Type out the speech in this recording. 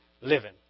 living